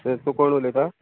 येस तूं कोण उलयता